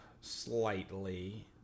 slightly